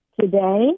today